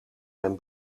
mijn